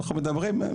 אנחנו מדברים.